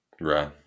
Right